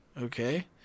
Okay